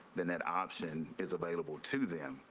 then that option is available to they um